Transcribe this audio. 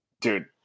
dude